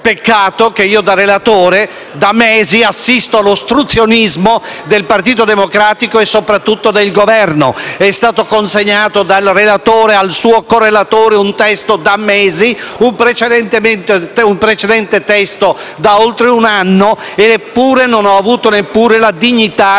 Peccato che io, da relatore, da mesi assisto all'ostruzionismo del Partito Democratico e soprattutto del Governo. È stato consegnato dal relatore al suo correlatore un testo da mesi e un precedente testo da oltre un anno, eppure non ho avuto neanche la dignità di un